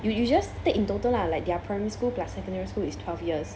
you you just stay in total lah like their primary school plus secondary school is twelve years